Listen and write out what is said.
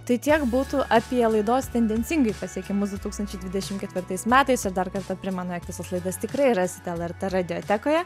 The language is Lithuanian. tai tiek būtų apie laidos tendencingai pasiekimus du tūkstančiai dvidešim ketvirtais metais ir dar kartą primenu jog visas laidas tikrai rasite lrt radiotekoje